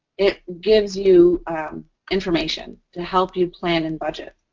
it gives you information to help you plan and budget.